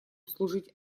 служить